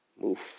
move